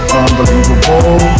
unbelievable